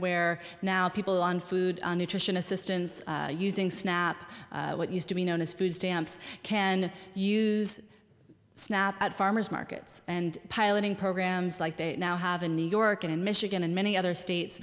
where now people on food nutrition assistance using snap what used to be known as food stamps can use snap at farmers markets and piloting programs like they now have in new york and in michigan and many other states